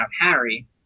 Harry